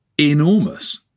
enormous